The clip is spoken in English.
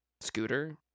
scooter